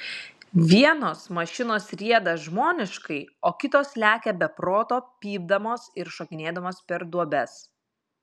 vienos mašinos rieda žmoniškai o kitos lekia be proto pypdamos ir šokinėdamos per duobes